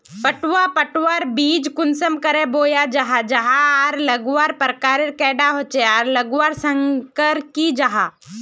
पटवा पटवार बीज कुंसम करे बोया जाहा जाहा आर लगवार प्रकारेर कैडा होचे आर लगवार संगकर की जाहा?